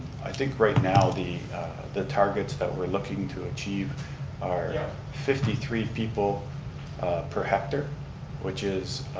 i think right now the the targets that we're looking to achieve are yeah fifty three people per hectare which is